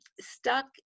stuck